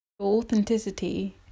Authenticity